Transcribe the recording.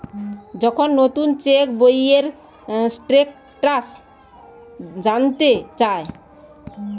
যখন নুতন চেক বইয়ের স্টেটাস জানতে চায়